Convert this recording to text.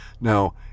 Now